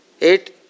eight